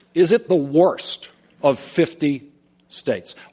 is it the worst of fifty states?